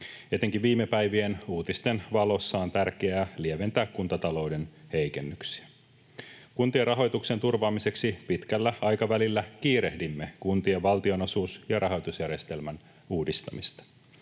Etenkin viime päivien uutisten valossa on tärkeää lieventää kuntatalouden heikennyksiä. Kuntien rahoituksen turvaamiseksi pitkällä aikavälillä kiirehdimme kuntien valtionosuus- ja rahoitusjärjestelmän uudistamista.